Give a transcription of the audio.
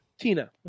Tina